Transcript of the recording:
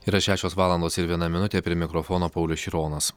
yra šešios valandos ir viena minutė prie mikrofono paulius šironas